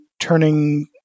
turning